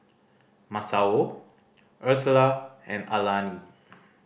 Masao Ursula and Alani